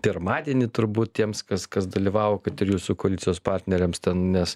pirmadienį turbūt tiems kas kas dalyvavo kad ir jūsų koalicijos partneriams nes